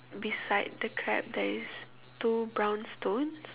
beside the crab there is two brown stones